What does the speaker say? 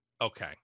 Okay